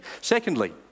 Secondly